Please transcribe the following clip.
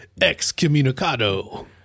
Excommunicado